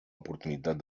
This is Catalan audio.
oportunitat